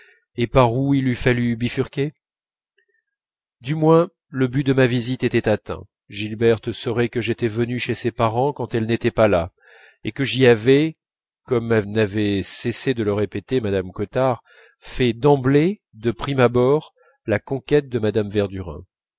et par où il eût fallu bifurquer du moins le but de ma visite était atteint gilberte saurait que j'étais venu chez ses parents quand elle n'était pas là et que j'y avais comme n'avait cessé de le répéter mme cottard fait d'emblée de prime abord la conquête de mme verdurin